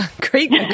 Great